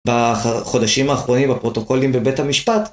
בחודשים האחרונים הפרוטוקולים בבית המשפט.